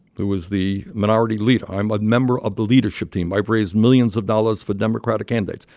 who is the minority leader? i'm a member of the leadership team i've raised millions of dollars for democratic candidates.